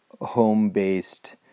home-based